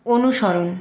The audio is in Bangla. অনুসরণ